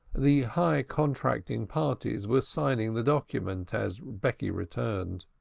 the high contracting parties were signing the document as becky returned.